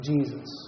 Jesus